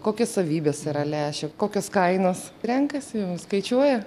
kokios savybės yra lęšių kokios kainos renkasi skaičiuoja